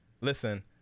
Listen